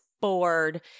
bored